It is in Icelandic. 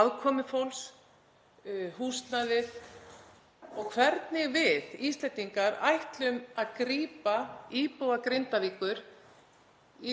afkomu fólks, húsnæði og hvernig við Íslendingar ætlum að grípa íbúa Grindavíkur